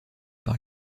par